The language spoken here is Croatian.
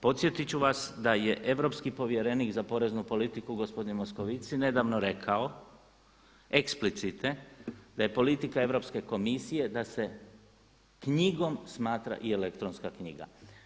Podsjetit ću vas da je europski povjerenik za poreznu politiku gospodin Moskovic nedavno rekao eksplicite da je politika Europske komisije da se knjigom smatra i elektronska knjiga.